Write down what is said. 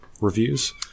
reviews